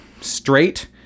straight